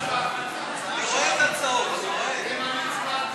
התשע"ו 2015,